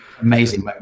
amazing